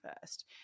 first